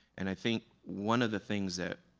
and i think one of the things that